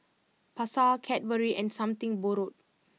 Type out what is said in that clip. Pasar Cadbury and Something Borrowed